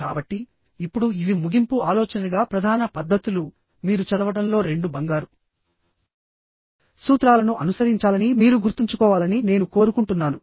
కాబట్టిఇప్పుడు ఇవి ముగింపు ఆలోచనగా ప్రధాన పద్ధతులు మీరు చదవడంలో రెండు బంగారు సూత్రాలను అనుసరించాలని మీరు గుర్తుంచుకోవాలని నేను కోరుకుంటున్నాను